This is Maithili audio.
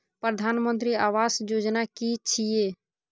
प्रधानमंत्री आवास योजना कि छिए?